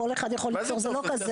כל אחד יכול לכתוב תצהיר.